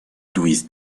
louise